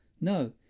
No